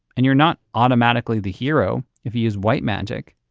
and you're not automatically the hero if you use white magic.